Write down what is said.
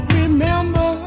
remember